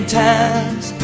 times